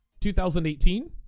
2018